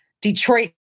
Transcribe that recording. Detroit